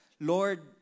Lord